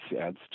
adds